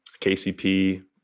KCP